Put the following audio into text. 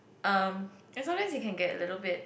um and sometimes he can get a little bit